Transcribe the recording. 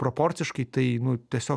proporciškai tai nu tiesiog